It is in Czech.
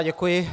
Děkuji.